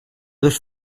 dos